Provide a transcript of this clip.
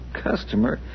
customer